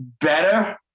better